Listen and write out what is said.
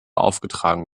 aufgetragen